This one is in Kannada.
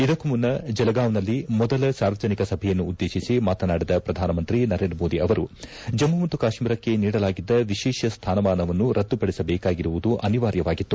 ಇದಕ್ಕೂ ಮುನ್ನ ಜಲಗಾಂವ್ನಲ್ಲಿ ಮೊದಲ ಸಾರ್ವಜನಿಕ ಸಭೆಯನ್ನು ಉದ್ದೇಶಿಸಿ ಮಾತನಾಡಿದ ಪ್ರಧಾನಮಂತ್ರಿ ನರೇಂದ್ರ ಮೋದಿ ಅವರು ಜಮ್ಮ ಮತ್ತು ಕಾಶ್ಮೀರಕ್ಕೆ ನೀಡಲಾಗಿದ್ದ ವಿಶೇಷ ಸ್ಥಾನಮಾನವನ್ನು ರದ್ದುಪಡಿಸಬೇಕಾಗಿರುವುದು ಅನಿವಾರ್ಯವಾಗಿತ್ತು